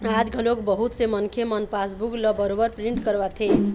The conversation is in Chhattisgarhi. आज घलोक बहुत से मनखे मन पासबूक ल बरोबर प्रिंट करवाथे